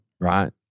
Right